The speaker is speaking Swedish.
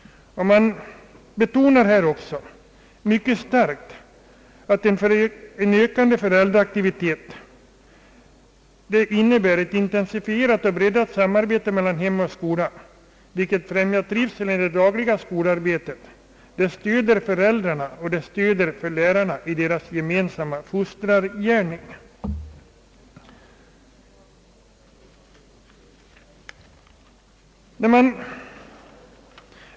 Man betonar också mycket starkt att en ökande föräldraaktivitet innebär ett intensifierat och breddat samarbete mellan hem och skola, vilket främjar trivseln i det dagliga skolarbetet, stöder föräldrarna och lärarna i deras gemensamma fostrargärning.